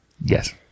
Yes